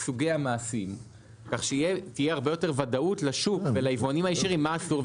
סוגי המעשים כך שתהיה הרבה יותר ודאות לשוק וליבואנים הישירים מה אסור.